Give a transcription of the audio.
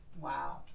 Wow